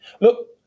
Look